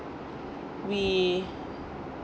we